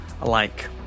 alike